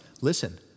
listen